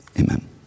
amen